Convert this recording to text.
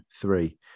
three